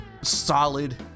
solid